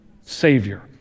Savior